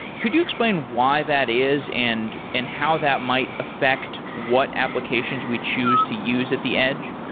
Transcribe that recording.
could you explain why that is and and how that might affect what applications we choose to use at the edge?